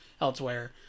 elsewhere